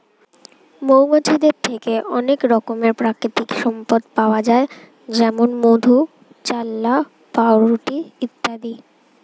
মৌমাছিদের থেকে অনেক রকমের প্রাকৃতিক সম্পদ পাওয়া যায় যেমন মধু, চাল্লাহ্ পাউরুটি ইত্যাদি